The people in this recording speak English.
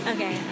Okay